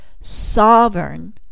sovereign